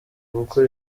kuko